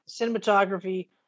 cinematography